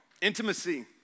Intimacy